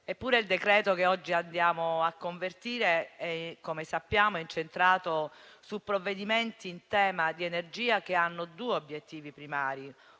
Eppure il decreto-legge che oggi ci accingiamo a convertire, come sappiamo, è incentrato su provvedimenti in tema di energia che hanno due obiettivi primari: